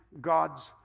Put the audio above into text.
God's